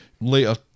Later